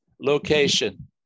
location